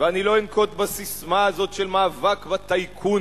ואני לא אנקוט את הססמה הזאת של מאבק בטייקונים.